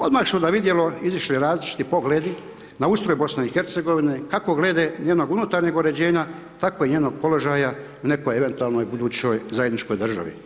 Odmah su na vidjelo izašli različiti pogledi na ustroj BiH-a kako glede njenog unutarnjeg uređenja tako i njenog položaja u nekoj eventualnoj budućoj zajedničkoj državi.